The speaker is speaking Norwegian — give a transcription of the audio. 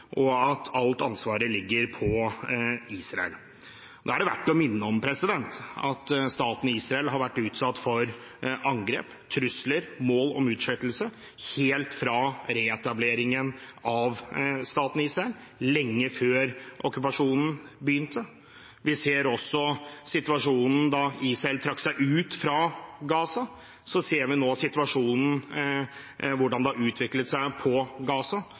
og at alt ansvaret ligger på Israel. Da er det verdt å minne om at staten Israel har vært utsatt for angrep, trusler og mål om utslettelse helt fra reetableringen av staten Israel, lenge før okkupasjonen begynte. Vi ser også situasjonen etter at Israel trakk seg ut fra Gaza, hvordan det har utviklet seg på